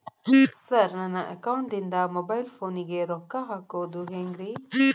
Sir ನನ್ನ ಅಕೌಂಟದಿಂದ mobile ಫೋನಿಗೆ ರೊಕ್ಕ ಹಾಕೋದು ಹೆಂಗ್ರಿ?